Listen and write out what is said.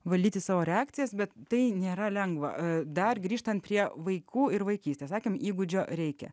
valdyti savo reakcijas bet tai nėra lengva dar grįžtant prie vaikų ir vaikystę sakant įgūdžio reikia